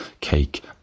cake